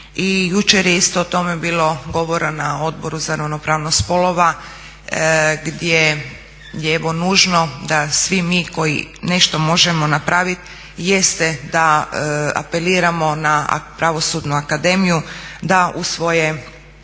jučer je isto o tome bilo govora na Odboru za ravnopravnost spolova gdje je evo nužno da svi mi koji nešto možemo napraviti jeste da apeliramo na Pravosudnu akademiju, da usvoje